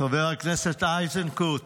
חבר הכנסת איזנקוט,